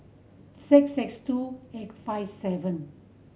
six six two eight five seven